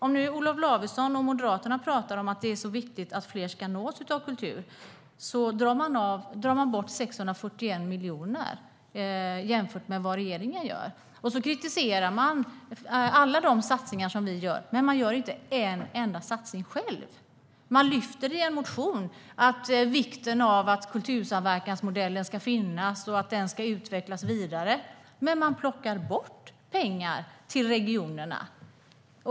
Om nu Olof Lavesson och Moderaterna pratar om att det är så viktigt att fler ska nås av kultur, är det intressant att se att de drar ned 641 miljoner jämfört med vad regeringen gör. Sedan kritiserar man alla de satsningar som vi gör, men man gör inte en enda satsning själv. I er motion lyfter ni fram vikten av att utveckla kultursamverkansmodellen. Men ni plockar bort pengar till regionerna.